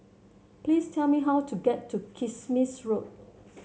please tell me how to get to Kismis Road